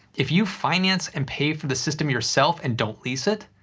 if you finance and pay for the system yourself and don't lease it,